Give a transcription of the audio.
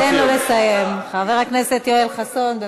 תן לו לסיים, חבר הכנסת יואל חסון.